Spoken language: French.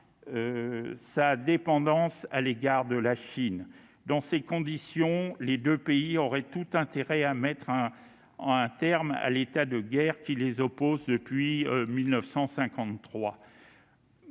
sa dépendance à l'égard de la Chine. Dans ces conditions, les deux pays auraient tout intérêt à mettre un terme à l'état de guerre qui les oppose depuis 1953.